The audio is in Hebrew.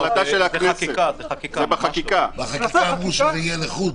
בחקיקה אמרו שזה יהיה לחוד?